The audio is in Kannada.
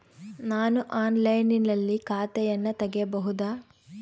ನಾನು ಆನ್ಲೈನಿನಲ್ಲಿ ಖಾತೆಯನ್ನ ತೆಗೆಯಬಹುದಾ?